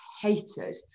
hated